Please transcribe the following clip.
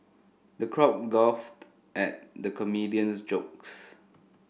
the crowd guffawed at the comedian's jokes